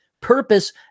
purpose